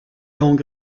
donc